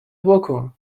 بـکـن